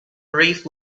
reef